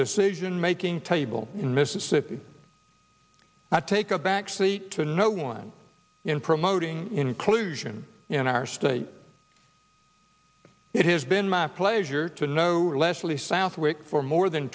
decisionmaking table in mississippi i take a back seat to no one in promoting inclusion in our state it has been my pleasure to know leslie southwick for more than